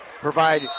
provide